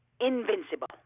invincible